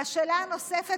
והשאלה הנוספת,